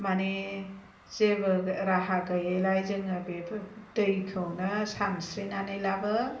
माने जेबो राहा गैयिलाय जोङो बेफोर दैखौनो सानस्रिनानैब्लाबो